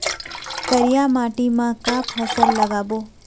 करिया माटी म का फसल लगाबो?